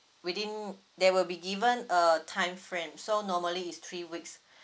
within there will be given a time frame so normally is three weeks